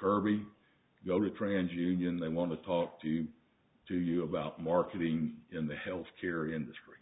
kirby go to trans union they want to talk to you to you about marketing in the health care industry